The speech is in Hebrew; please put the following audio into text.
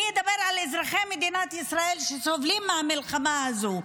אני אדבר על אזרחי מדינת ישראל שסובלים מהמלחמה הזו,